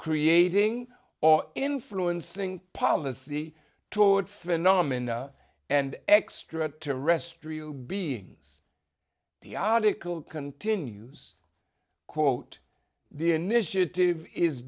creating or influencing policy toward phenomena and extraterrestrial beings the article continues quote the initiative is